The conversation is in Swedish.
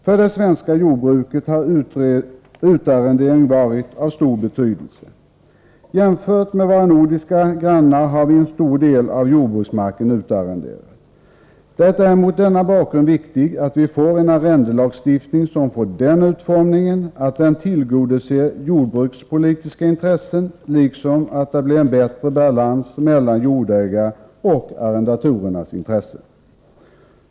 För det svenska jordbruket har utarrenderingen varit av stor betydelse. Jämfört med våra nordiska grannar har vi en stor del av jordbruksmarken utarrenderad. Det är mot denna bakgrund viktigt att vi får en arrendelagstiftning som har den utformningen att den tillgodoser jordbrukspolitiska intressen liksom att det blir en bättre balans mellan jordägarens och arrendatorernas intressen.